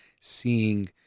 seeing